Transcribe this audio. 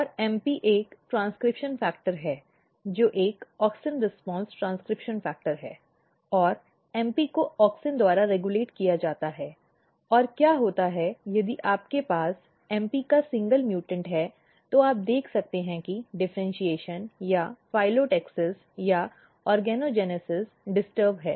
और MP एक transcription factor है जो एक ऑक्सिन प्रतिक्रिया ट्रांसक्रिप्शन फैक्टर है और MP को ऑक्सिन द्वारा रेगुलेटेड किया जाता है और क्या होता है यदि आपके पास mp का एकल म्यूटेंट है तो आप देख सकते हैं कि डिफ़र्इन्शीएशन या फाइटोलैक्सिस या ऑर्गोजेनेसिस डिस्टर्ब है